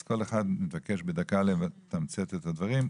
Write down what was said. אז כל אחד מתבקש בדקה לתמצת את הדברים.